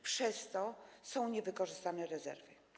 Przez to są niewykorzystane rezerwy.